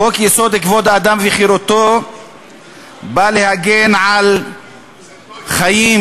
חוק-יסוד: כבוד האדם וחירותו בא להגן על חיים,